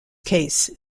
case